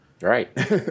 Right